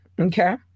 okay